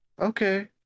okay